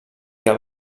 que